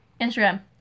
Instagram